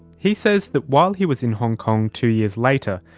he says that while he was in hong kong two years later,